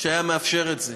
שהיה מאפשר את זה.